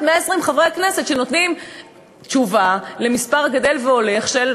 120 חברי כנסת שנותנים תשובה למספר גדל והולך של,